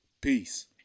peace